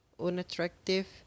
Unattractive